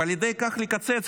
ועל ידי כך לקצץ.